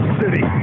city